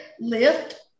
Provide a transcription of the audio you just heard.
lift